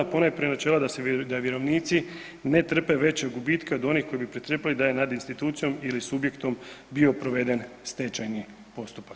Ponajprije načela da vjerovnici ne trpe veće gubitke od onih koje bi pretrpjeli da je nad institucijom ili subjektom bio proveden stečajni postupak.